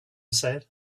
said